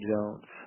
Jones